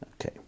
Okay